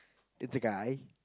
it's a guy